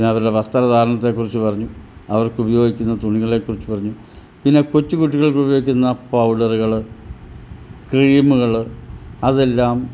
ഞാൻ അവരുടെ വസ്ത്രധാരണത്തെക്കുറിച്ചു പറഞ്ഞു അവർക്കുപയോഗിക്കുന്ന തുണികളെക്കുറിച്ചു പറഞ്ഞു പിന്നെ കൊച്ചു കുട്ടികൾക്കുപയോഗിക്കുന്ന പൗഡറുകൾ ക്രീമുകൾ അതെല്ലാം